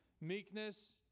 meekness